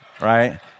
right